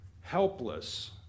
helpless